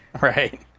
Right